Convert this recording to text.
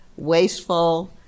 wasteful